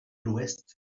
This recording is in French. l’ouest